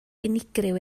unigryw